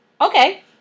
Okay